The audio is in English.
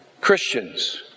Christians